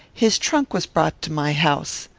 his trunk was brought to my house.